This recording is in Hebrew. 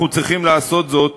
אנחנו צריכים לעשות זאת